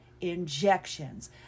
injections